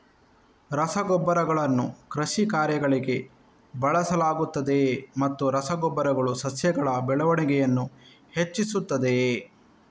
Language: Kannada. ರಸಗೊಬ್ಬರಗಳನ್ನು ಕೃಷಿ ಕಾರ್ಯಗಳಿಗೆ ಬಳಸಲಾಗುತ್ತದೆಯೇ ಮತ್ತು ರಸ ಗೊಬ್ಬರಗಳು ಸಸ್ಯಗಳ ಬೆಳವಣಿಗೆಯನ್ನು ಹೆಚ್ಚಿಸುತ್ತದೆಯೇ?